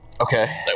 Okay